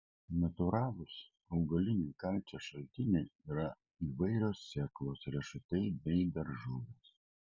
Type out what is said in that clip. natūralūs augaliniai kalcio šaltiniai yra įvairios sėklos riešutai bei daržovės